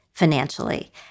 financially